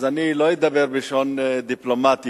אז אני לא אדבר בלשון דיפלומטית.